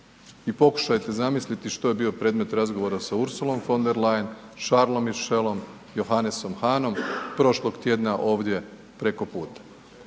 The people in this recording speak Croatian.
i pokušajte zamisliti što je bio predmet razgovora sa Ursulom von der Leyen, Charlesom Michelom, Johannesom Hahnom, prošlog tjedna ovdje preko puta.